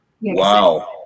wow